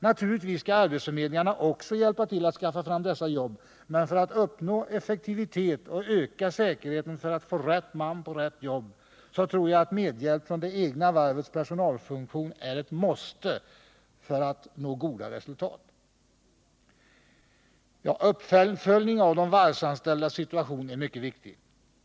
Naturligtvis skall arbetsförmedlingarna också hjälpa till att skaffa fram dessa jobb, men för att uppnå effektivitet och öka säkerheten — för att få rätt man på rätt jobb — tror jag att medhjälp från det egna varvets personalfunktion är ett måste för att goda resultat skall kunna uppnås. Uppföljning av de varvsanställdas situation är också en mycket viktig fråga.